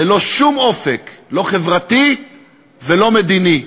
ללא שום אופק, לא חברתי ולא מדיני.